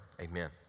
amen